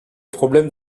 problème